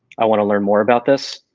i wanna learn more about this.